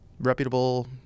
reputable